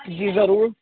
جی ضرور